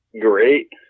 Great